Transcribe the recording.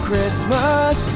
Christmas